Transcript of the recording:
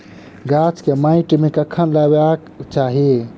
गाछ केँ माइट मे कखन लगबाक चाहि?